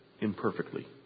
imperfectly